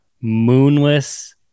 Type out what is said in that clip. moonless